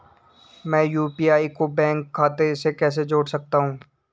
मैं यू.पी.आई को बैंक खाते से कैसे जोड़ सकता हूँ?